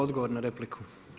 Odgovor na repliku.